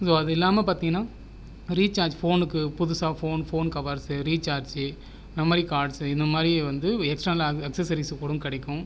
so அது இல்லாமல் பார்த்தீங்கனா ரீசார்ஜ் ஃபோனுக்கு புதுசாக phone phone covers recharge memory cards இந்த மாதிரி வந்து எக்ஸ்டர்னல் ஆக்சசரிஸ் பொருளும் கிடைக்கும்